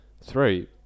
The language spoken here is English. Three